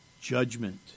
judgment